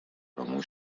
دوستانتو